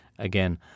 again